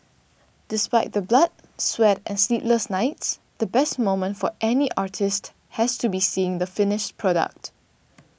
despite the blood sweat and sleepless nights the best moment for any artist has to be seeing the finished product